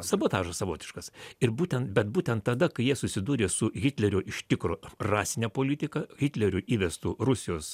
sabotažas savotiškas ir būten bet būtent tada kai jie susidūrė su hitlerio iš tikro rasine politika hitlerio įvestu rusijos